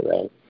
right